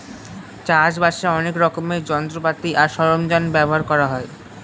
চাষ বাসে অনেক রকমের যন্ত্রপাতি আর সরঞ্জাম ব্যবহার করা হয়